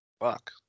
Fuck